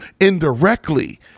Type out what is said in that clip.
indirectly